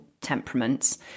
temperaments